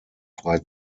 frei